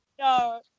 No